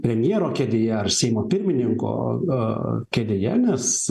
premjero kėdėje ar seimo pirmininko kėdėje nes